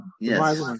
Yes